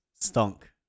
stunk